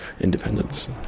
independence